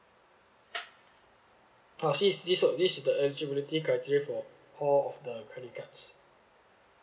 ah this this sort this is the eligibility criteria for all of the credit cards